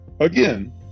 Again